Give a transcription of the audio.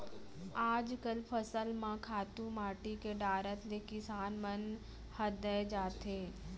आजकल फसल म खातू माटी के डारत ले किसान मन हदर जाथें